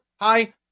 Hi